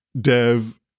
dev